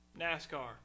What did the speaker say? NASCAR